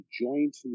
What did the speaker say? joint